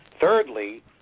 Thirdly